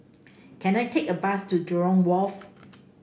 can I take a bus to Jurong Wharf